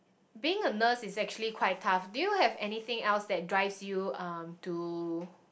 being a nurse is actually quite tough do you have anything else that drives you um to